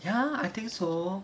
ya I think so